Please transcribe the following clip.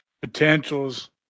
potentials